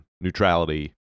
neutrality